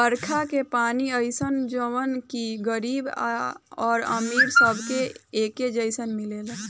बरखा के पानी अइसन ह जवन की गरीब आ अमीर सबके एके जईसन मिलेला